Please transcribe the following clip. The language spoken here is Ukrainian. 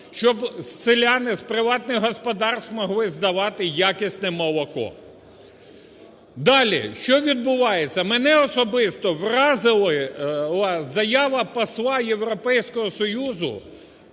щоб селяни з приватних господарств могли здавати якісне молоко. Далі. Що відбувається? Мене особисто вразила заява посла Європейського Союзу,